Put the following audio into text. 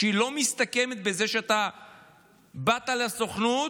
שהיא לא מסתכמת בזה שאתה באת לסוכנות,